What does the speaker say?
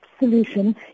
solution